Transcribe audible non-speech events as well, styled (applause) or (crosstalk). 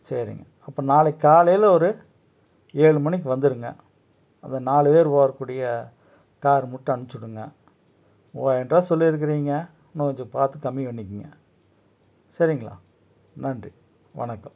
சரிங்க அப்போ நாளைக்கு காலையில் ஒரு ஏழு மணிக்கு வந்துடுங்க அந்த நாலு பேர் போகக்கூடிய கார் மட்டும் அனுச்சுடுங்க (unintelligible) சொல்லியிருக்கிறீங்க இன்னும் கொஞ்சம் பார்த்து கம்மி பண்ணிக்குங்க சரிங்ளா நன்றி வணக்கம்